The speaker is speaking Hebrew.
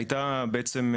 הייתה בעצם,